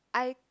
I